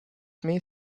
may